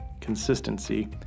consistency